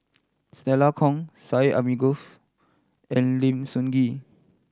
Stella Kon Syed Alsagoff and Lim Sun Gee